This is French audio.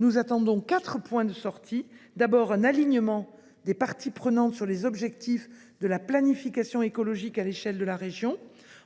Nous en attendons trois points de sortie : d’abord, un alignement des parties prenantes sur les objectifs de la planification écologique à l’échelle de la région ;